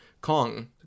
Kong